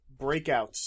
breakouts